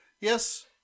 yes